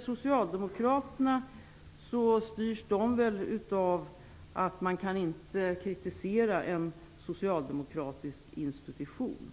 Socialdemokraterna styrs väl av att man inte kan kritisera en socialdemokratisk institution.